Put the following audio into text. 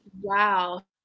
Wow